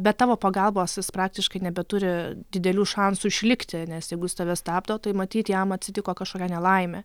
be tavo pagalbos jis praktiškai nebeturi didelių šansų išlikti nes jeigu jis tave stabdo tai matyt jam atsitiko kažkokia nelaimė